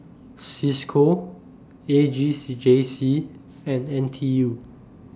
CISCO A J C J C and N T U